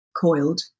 Coiled